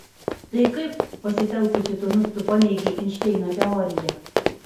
tai kaip pasitelkusi tunus tu paneigei einšteino teoriją